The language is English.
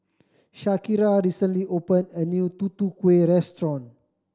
Shakira recently opened a new Tutu Kueh restaurant